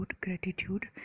gratitude